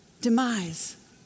demise